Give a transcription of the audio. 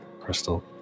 Crystal